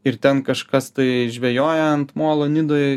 ir ten kažkas tai žvejoja ant molo nidoj